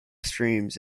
streams